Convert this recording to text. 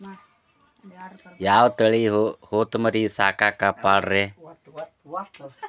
ಯಾವ ತಳಿ ಹೊತಮರಿ ಸಾಕಾಕ ಪಾಡ್ರೇ?